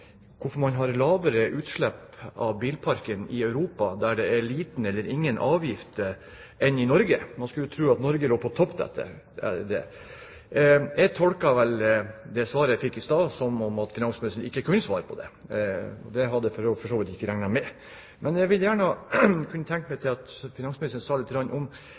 hvorfor man har lavere utslipp fra bilparken i Europa, der det er lavere – eller ingen – avgifter enn i Norge. Man skulle jo tro at Norge lå på topp her. Jeg tolker det svaret jeg fikk i stad, som at finansministeren ikke kunne svare på det spørsmålet, og det hadde jeg for så vidt ikke regnet med. Men det er noe jeg kunne gjerne tenke meg at finansministeren sa litt om: